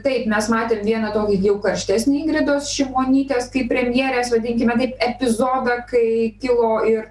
taip mes matėm vieną tokį jau karštesnį ingridos šimonytės kaip premjerės vadinkime taip epizodą kai kilo ir